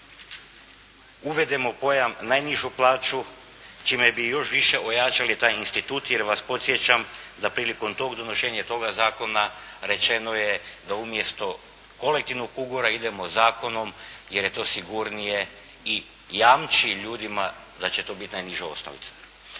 uvedemo pojam najnižu plaću čime bi još više ojačali taj institut jer vas podsjećam da prilikom tog donošenja i toga zakona rečeno je da umjesto kolektivnog ugovora idemo zakonom jer je to sigurnije i jamči ljudima da će to biti najniža osnovica.